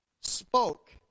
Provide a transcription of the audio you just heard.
spoke